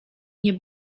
nie